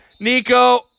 Nico